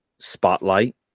spotlight